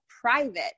private